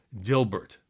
Dilbert